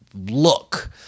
look